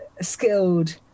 skilled